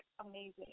amazing